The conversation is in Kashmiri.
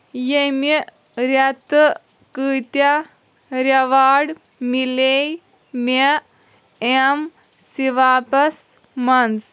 ییٚمہِ رٮ۪تہٕ کۭتیا ریواڑ مِلے مےٚ ایٚم سِواپس منٛز؟